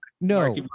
no